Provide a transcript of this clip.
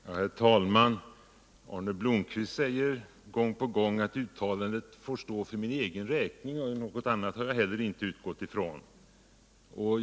Herr talman! Arne Blomkvist säger gång på gång att uttalandena får stå för min egen räkning, och jag har inte heller utgått ifrån något annat.